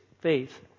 Faith